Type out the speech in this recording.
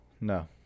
No